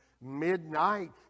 midnight